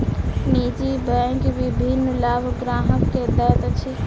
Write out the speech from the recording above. निजी बैंक विभिन्न लाभ ग्राहक के दैत अछि